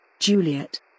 Juliet